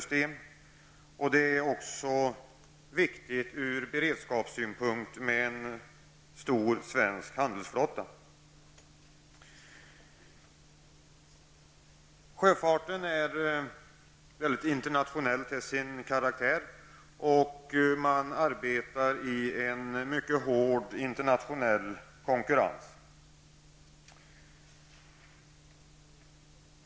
En stor svensk handelsflotta är också viktigt från beredskapssynpunkt. Sjöfarten är internationell till sin karaktär och konkurrensen är hård.